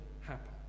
happen